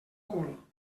cul